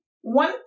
one